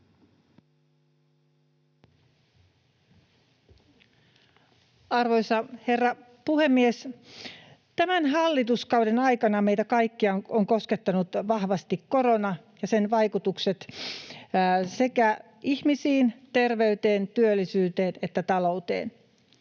Arvoisa herra puhemies! Tämän hallituskauden aikana meitä kaikkia on koskettanut vahvasti korona ja sen vaikutukset sekä ihmisiin, terveyteen, työllisyyteen että talouteen.